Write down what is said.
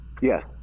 Yes